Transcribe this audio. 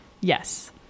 Yes